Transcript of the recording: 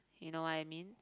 you know I mean